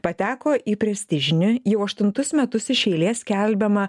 pateko į prestižinę jau aštuntus metus iš eilės skelbiamą